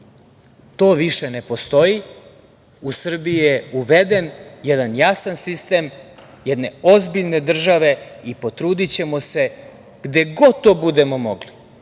To više ne postoji. U Srbiji je uveden jedan jasan sistem, jedne ozbiljne države i potrudićemo se gde god to budemo mogli,